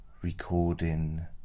Recording